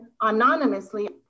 anonymously